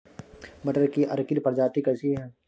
मटर की अर्किल प्रजाति कैसी है?